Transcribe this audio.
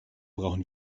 brauchen